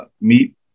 meet